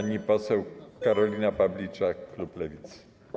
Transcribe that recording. Pani poseł Karolina Pawliczak, klub Lewicy.